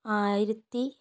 ആയിരത്തി